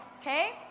okay